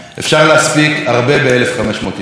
אפשר להספיק הרבה ב-1,500 ימים.